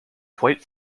quite